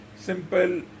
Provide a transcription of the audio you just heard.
simple